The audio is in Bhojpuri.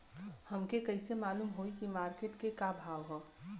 हमके कइसे मालूम होई की मार्केट के का भाव ह?